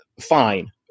Fine